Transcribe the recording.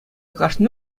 кашни